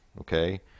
okay